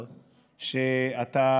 שרים,